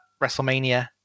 WrestleMania